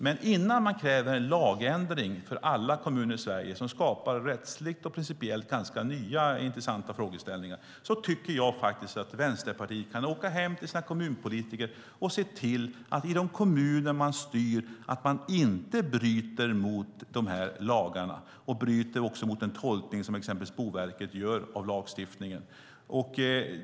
Men innan man kräver en lagändring för alla kommuner i Sverige som skapar rättsligt och principiellt ganska nya och intressanta frågeställningar tycker jag faktiskt att Vänsterpartiet kan åka hem till sina kommunpolitiker och se till att man i de kommuner där man styr inte bryter mot dessa lagar och mot den tolkning som exempelvis Boverket gör av lagstiftningen.